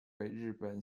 日本